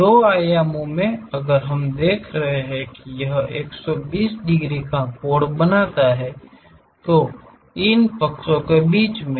दो आयामों में अगर हम देख रहे हैं कि यह 120 डिग्री कोण बनाता है इन पक्षों के बीच में